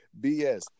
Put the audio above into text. BS